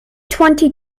twenty